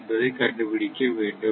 என்பதை கண்டுபிடிக்க வேண்டும்